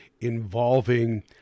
involving